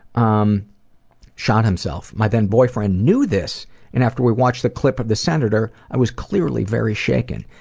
um shot himself. my then boyfriend knew this and after we watched the clip of the senator i was clearly very shaken.